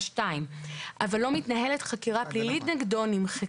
(2); אבל לא מתנהלת חקירה פלילית נגדו - נמחקה.